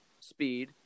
speed